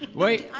wait,